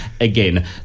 again